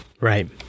Right